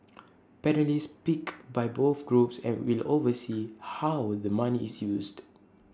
panellists picked by both groups and will oversee how the money is used